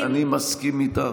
אני מסכים איתך,